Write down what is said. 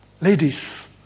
Ladies